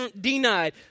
denied